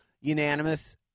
unanimous